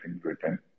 written